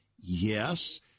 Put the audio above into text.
Yes